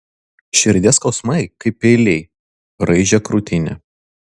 širdies skausmai kaip peiliai raižė krūtinę